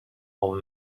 over